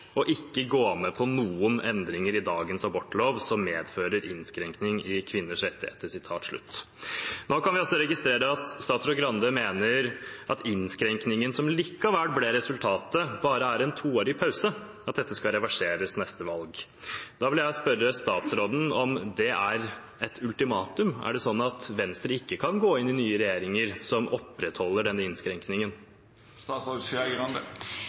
og ikke gå med på noen endringer i dagens abortlov som medfører innskrenking i kvinners rettigheter.» Da kan vi altså registrere at statsråd Skei Grande mener at innskrenkningen som likevel ble resultatet, bare er en toårig pause, at dette skal reverseres ved neste valg. Da vil jeg spørre statsråden om det er et ultimatum. Er det sånn at Venstre ikke kan gå inn i nye regjeringer som opprettholder denne